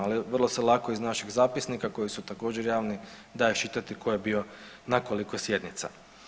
Ali vrlo se lako iz našeg zapisnika koji su također javni daje iščitati tko je bio na koliko sjednica.